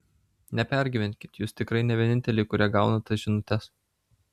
nepergyvenkit jūs tikrai ne vieninteliai kurie gauna tas žinutes